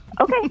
Okay